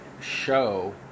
show